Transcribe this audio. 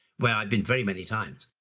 where i've been very many times,